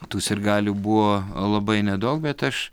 tų sirgalių buvo labai nedaug bet aš